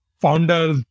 founder